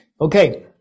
Okay